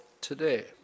today